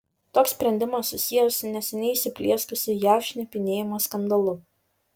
toks sprendimas susijęs su neseniai įsiplieskusiu jav šnipinėjimo skandalu